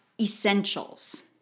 essentials